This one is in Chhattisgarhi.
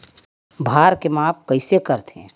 भार के माप कइसे करथे?